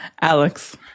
Alex